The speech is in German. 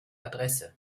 adresse